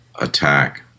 attack